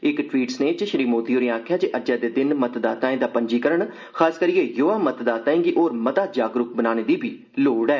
इक ट्वीट संदेस च श्री मोदी होरें आखेआ जे अज्जै दे दिन मतदाताएं दा पंजीकरण खासकरियै य्वा मतदाताएं गी होर मता जागरूक बनाने दी बी लोड़ ऐ